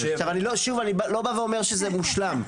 סעיף 7. אני לא בא ואומר שזה מושלם,